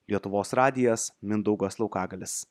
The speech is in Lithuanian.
lietuvos radijas mindaugas laukagalis